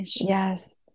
Yes